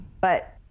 But-